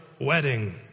wedding